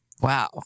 Wow